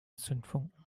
zündfunken